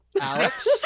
Alex